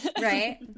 Right